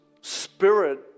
Spirit